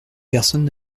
personne